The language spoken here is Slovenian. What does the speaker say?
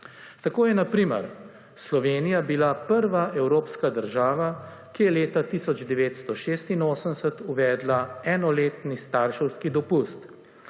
Tako je na primer Slovenija bila prva evropska država, ki je leta 1986 uvedla enoletni starševski dopust,